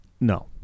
No